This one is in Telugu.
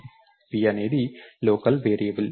p అనేది లోకల్ వేరియబుల్